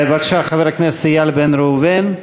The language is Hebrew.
בבקשה, חבר הכנסת איל בן ראובן.